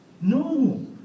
No